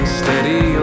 steady